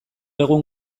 egun